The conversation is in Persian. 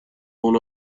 اون